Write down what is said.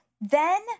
then-